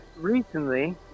recently